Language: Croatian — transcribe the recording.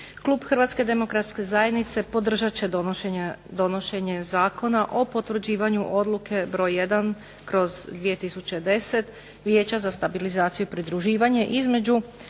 Klub Hrvatske demokratske zajednice podržat će donošenje Zakona o potvrđivanju odluke broj 1. kroz 2010. vijeća za stabilizaciju i pridruživanje između